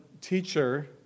teacher